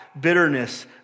bitterness